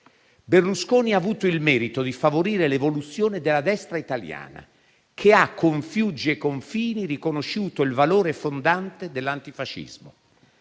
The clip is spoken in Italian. Berlusconi ha avuto il merito di favorire l'evoluzione della destra italiana, che ha con Fiuggi e con Fini riconosciuto il valore fondante dell'antifascismo;